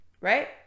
right